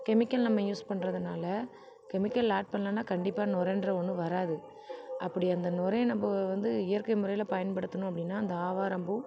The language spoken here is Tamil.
கெமிக்கல் நம்ம யூஸ் பண்றதுனால கெமிக்கல் ஆட் பண்ணலைன்னா கண்டிப்பாக நுரைன்ற ஒன்று வராது அப்படி அந்த நுரைய வந்து நம்ம இயற்கை முறையில் பயன்படுத்தினோம் அப்படின்னால் அந்த ஆவாரம் பூ